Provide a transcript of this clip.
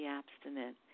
abstinent